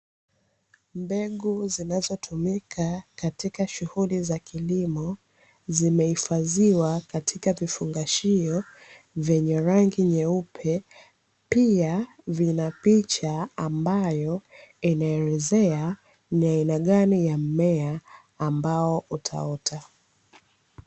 Mbegu zinazotumika katika shughuli za kilimo, zimehifadhiwa katika vifungashio vyenye rangi nyeupe, pia vina picha ambayo inaelezea ni aina gani ya mmea ambao utaota.